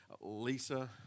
Lisa